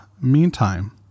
meantime